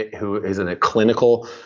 who is in a clinical